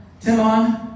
Timon